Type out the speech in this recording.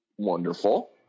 Wonderful